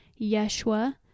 Yeshua